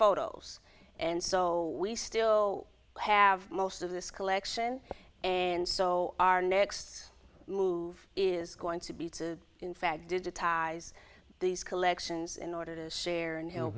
photos and so we still have most of this collection and so our next move is going to be to in fact digitize these collections in order to share and